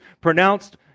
pronounced